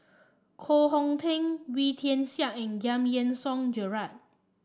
Koh Hong Teng Wee Tian Siak and Giam Yean Song Gerald